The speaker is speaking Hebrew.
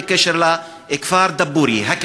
בקשר לכניסה לכפר דבורייה.